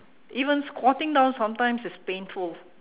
even squatting down sometimes is painful